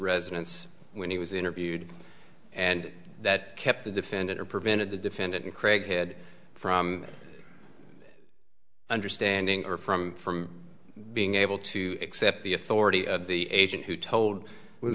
residence when he was interviewed and that kept the defendant or prevented the defendant craighead from understanding or from from being able to accept the authority of the agent who told w